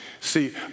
See